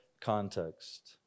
context